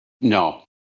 No